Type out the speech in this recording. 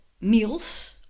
meals